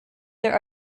there